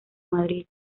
madrid